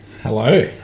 hello